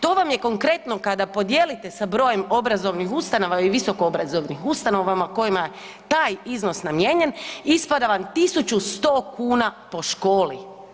To vam je konkretno kada podijelite sa brojem obrazovnih ustanova i visoko obrazovnih ustanovama kojima je taj iznos namijenjen ispada vam 1100 kuna po školi.